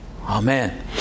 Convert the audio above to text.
Amen